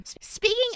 Speaking